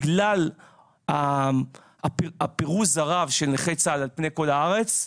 בגלל הפירוז הרב של נכי צה"ל על פני כל הארץ,